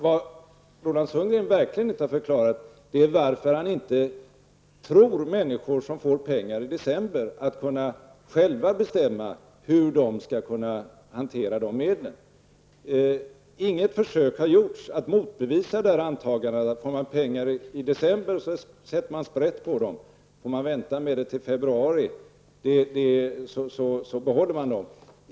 Vad Roland Sundgren verkligen inte har förklarat är varför han inte tror människor som får pengar i december om att själva kunna bestämma hur de skall hantera de medlen. Förslaget i propositionen bygger på antagandet att får man pengar i december, sätter man sprätt på dem, men får man dem inte förrän i februari, så behåller man dem.